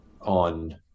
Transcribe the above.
on